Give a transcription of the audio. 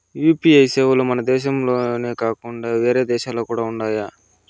UPI సేవలు మన దేశం దేశంలోనే కాకుండా వేరే దేశాల్లో కూడా ఉందా?